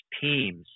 teams